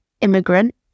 immigrant